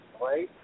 right